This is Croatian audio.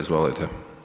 Izvolite.